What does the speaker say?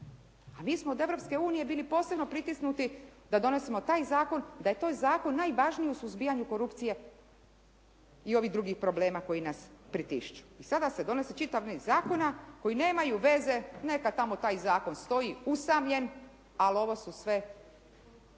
Mi smo od Europske unije bili posebno pritisnuti da donosimo taj zakon, da je taj zakon najvažniji u suzbijanju korupcije i ovih drugih problema koji nas pritišću. I sada se donosi čitav niz zakona koji nemaju veze neka tamo taj zakon stoji usamljen ali ovu sve